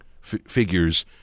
figures